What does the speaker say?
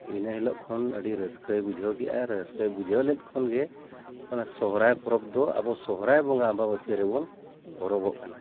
ᱤᱱᱟᱹ ᱦᱤᱞᱳᱜ ᱠᱷᱚᱱ ᱟᱹᱰᱤ ᱨᱟᱹᱥᱠᱟᱹᱭ ᱵᱩᱡᱷᱟᱹᱣ ᱠᱮᱜᱼᱟ ᱨᱟᱹᱥᱠᱟᱹᱭ ᱵᱩᱡᱷᱟᱹᱣ ᱞᱮᱫ ᱠᱷᱚᱱᱜᱮ ᱚᱱᱟ ᱥᱚᱦᱨᱟᱭ ᱯᱚᱨᱚᱵᱽ ᱫᱚ ᱟᱵᱚ ᱥᱚᱦᱨᱟᱭ ᱵᱚᱸᱜᱟ ᱟᱢᱵᱟᱵᱟᱹᱥᱭᱟᱹ ᱨᱮᱵᱚᱱ ᱯᱚᱨᱚᱵᱚᱜ ᱠᱟᱱᱟ